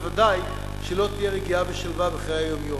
בוודאי שלא תהיה רגיעה ושלווה בחיי היום-יום.